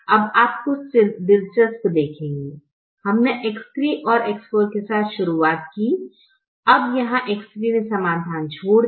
अब आप कुछ दिलचस्प देखेंगे हमने X3 और X4 के साथ शुरुआत की अब यहाँ X3 ने समाधान छोड़ दिया